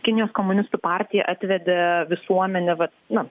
kinijos komunistų partija atvedė visuomenę vat na